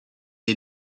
est